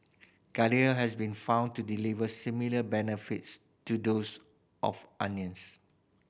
garlic has been found to deliver similar benefits to those of onions